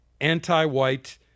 anti-white